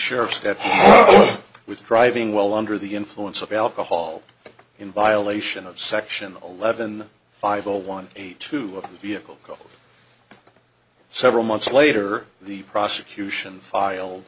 sheriff's dept with driving while under the influence of alcohol in violation of section eleven five zero one eight two a vehicle called several months later the prosecution file